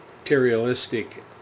materialistic